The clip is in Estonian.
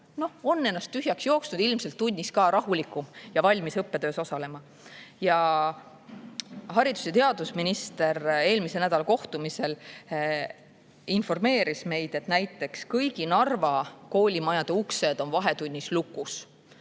on ennast tühjaks jooksnud, ilmselt tunnis ka rahulikum ja valmis õppetöös osalema. Haridus‑ ja teadusminister eelmise nädala kohtumisel informeeris meid, et näiteks kõigi Narva koolimajade uksed on vahetunnis lukus.